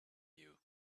you